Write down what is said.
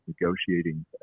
negotiating